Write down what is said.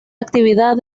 actividad